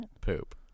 poop